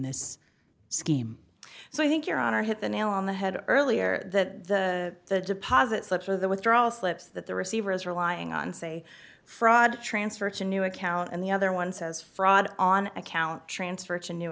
this scheme so i think your honor hit the nail on the head earlier that the deposit slips or the withdrawal slips that the receiver is relying on say fraud transfer to new account and the other one says fraud on account transfer to new